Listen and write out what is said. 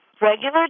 regular